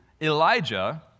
Elijah